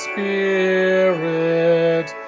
Spirit